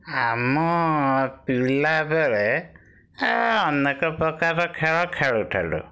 ଆମ ପିଲାବେଳେ ଏ ଅନେକ ପ୍ରକାର ଖେଳ ଖେଳୁଥେଲୁ